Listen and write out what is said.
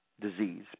disease